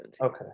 Okay